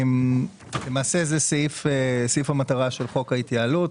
זה סעיף המטרה של חוק ההתייעלות.